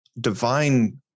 divine